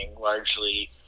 largely